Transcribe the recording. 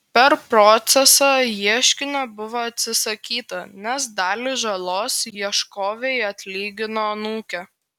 per procesą ieškinio buvo atsisakyta nes dalį žalos ieškovei atlygino anūkė